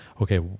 okay